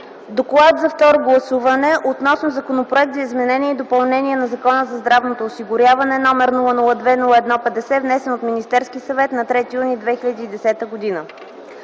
„Доклад за второ гласуване относно Законопроект за изменение и допълнение на Закона за здравното осигуряване, № 002-01-50, внесен от Министерския съвет на 3 юни 2010 г.